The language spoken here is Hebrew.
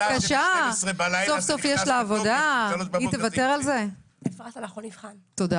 השעה היא 9:10. הבוקר התחלנו מעט באיחור מאילוצים טכניים,